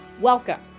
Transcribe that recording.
Welcome